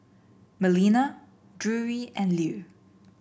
Melina Drury and Lew